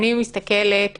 אני מסתכלת